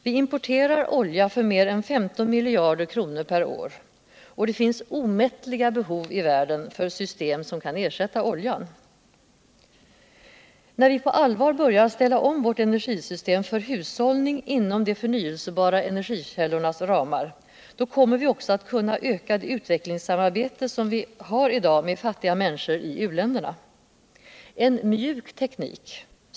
Vi importerar olja för mer än 15 miljarder kronor per år. och det finns omiättliga behov i världen för system som kun ersätta oljan. När vi på allvar börjar ställa om vårt energisystem för hushållning inom de förnyelsebara energikällornas ramar, kommer vi också att kunna öka det utvecklingssamarbete som vi har med fattiga människor i u-länderna. Det behövs en ”mjuk” teknik.